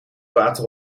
water